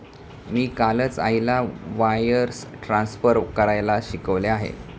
मी कालच आईला wires transfer करायला शिकवले आहे